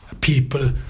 people